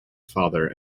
father